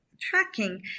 tracking